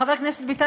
חבר הכנסת ביטן,